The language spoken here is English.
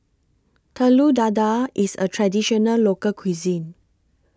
Telur Dadah IS A Traditional Local Cuisine